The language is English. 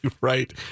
Right